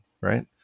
right